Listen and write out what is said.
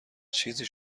چیزی